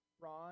Ron